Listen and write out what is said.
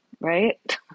right